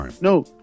No